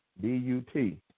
D-U-T